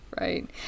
Right